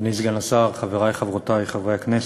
אדוני סגן השר, חברי וחברותי חברי הכנסת,